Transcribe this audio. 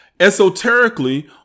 Esoterically